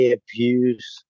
abuse